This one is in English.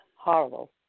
Horrible